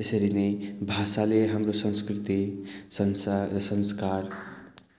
त्यसरी नै भाषाले हाम्रो संस्कृति संसार संस्कार